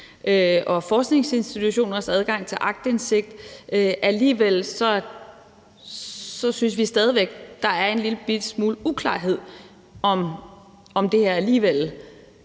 og forskningsinstitutioners adgang til aktindsigt. Alligevel synes vi stadig væk, at der er en lillebitte smule uklarhed om, om det her alligevel